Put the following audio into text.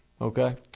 Okay